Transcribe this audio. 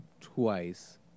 twice